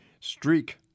streak